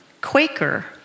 Quaker